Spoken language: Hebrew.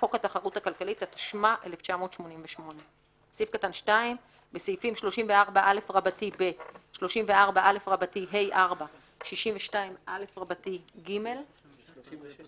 חוק התחרות הכלכלית, התשמ"א 1988".